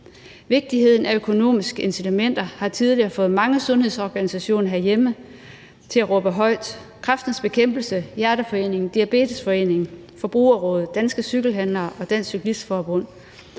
Vigtigheden af økonomiske incitamenter har tidligere fået mange sundhedsorganisationer herhjemme til at råbe højt. Kræftens Bekæmpelse, Hjerteforeningen, Diabetesforeningen, Forbrugerrådet, Danske Cykelhandlere og Cyklistforbundet